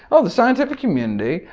ah the scientific community,